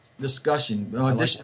discussion